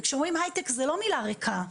כשאומרים 'הייטק' זה לא מילה ריקה,